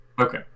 Okay